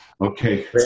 Okay